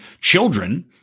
children